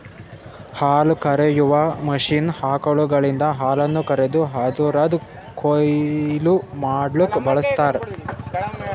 ಹಾಲುಕರೆಯುವ ಮಷೀನ್ ಆಕಳುಗಳಿಂದ ಹಾಲನ್ನು ಕರೆದು ಅದುರದ್ ಕೊಯ್ಲು ಮಡ್ಲುಕ ಬಳ್ಸತಾರ್